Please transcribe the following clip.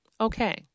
okay